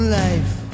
life